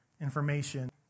information